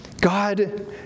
God